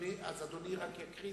אז אדוני רק יקרא זאת?